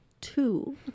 two